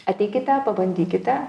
ateikite pabandykite